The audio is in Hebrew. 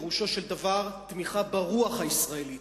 פירושו של דבר תמיכה ברוח הישראלית,